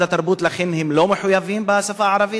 התרבות ולכן הם לא מחויבים בשפה הערבית?